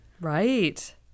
Right